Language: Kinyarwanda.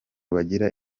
bagira